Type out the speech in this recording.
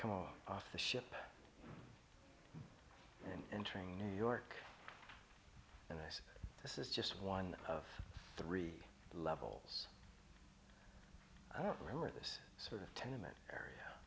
coming off the ship and entering new york and i said this is just one of three levels i don't remember this sort of tenement